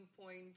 point